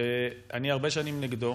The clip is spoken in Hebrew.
שאני הרבה שנים נגדו,